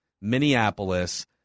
Minneapolis